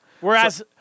Whereas